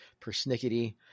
persnickety